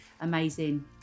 amazing